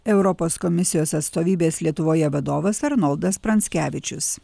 europos komisijos atstovybės lietuvoje vadovas arnoldas pranckevičius